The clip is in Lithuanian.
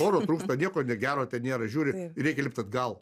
oro trūksta nieko gero ten nėra žiūri reikia lipt atgal